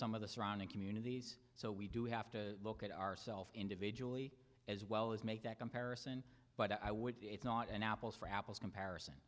some of the surrounding communities so we do have to look at ourselves individually as well as make that comparison but i would it's not an apples for apples comparison